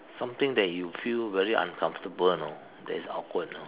something that you feel very uncomfortable you know that is awkward you know